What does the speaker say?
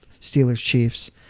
Steelers-Chiefs